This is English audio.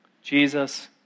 Jesus